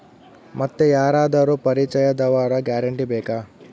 ಮತ್ತೆ ಯಾರಾದರೂ ಪರಿಚಯದವರ ಗ್ಯಾರಂಟಿ ಬೇಕಾ?